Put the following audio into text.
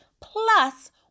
plus